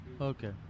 Okay